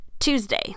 Tuesday